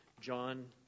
John